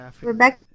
Rebecca